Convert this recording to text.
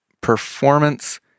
performance